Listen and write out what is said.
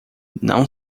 não